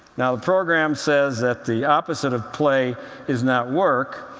now, the program says that the opposite of play is not work,